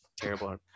terrible